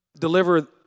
deliver